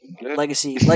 legacy